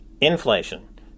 inflation